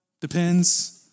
Depends